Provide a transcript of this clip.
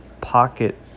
pocket